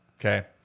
okay